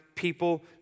People